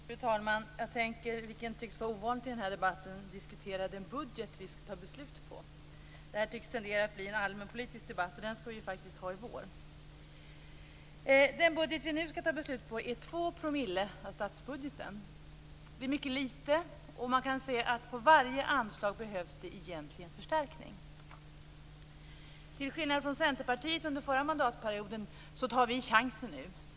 Fru talman! Jag tänker diskutera den budget vi skall fatta beslut om, vilket tycks vara ovanligt i den här debatten. Det här tenderar att bli en allmänpolitisk debatt, men den skall vi ju faktiskt ha i vår. Den budget vi nu skall fatta beslut om är 2 % av statsbudgeten. Det är mycket lite, och man kan se att på varje anslag behövs det egentligen förstärkning. Till skillnad från vad Centerpartiet gjorde under förra mandatperioden tar vi chansen nu.